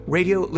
Radio